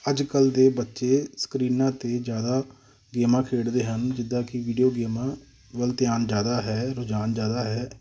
ਅੱਜ ਕੱਲ੍ਹ ਦੇ ਬੱਚੇ ਸਕਰੀਨਾਂ 'ਤੇ ਜ਼ਿਆਦਾ ਗੇਮਾਂ ਖੇਡਦੇ ਹਨ ਜਿੱਦਾਂ ਕਿ ਵੀਡੀਓ ਗੇਮਾਂ ਵੱਲ ਧਿਆਨ ਜ਼ਿਆਦਾ ਹੈ ਰੁਝਾਨ ਜ਼ਿਆਦਾ ਹੈ